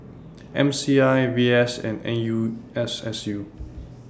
M C I V S and N U S S U